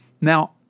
Now